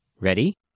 Ready